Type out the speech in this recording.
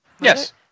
Yes